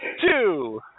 Two